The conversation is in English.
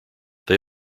they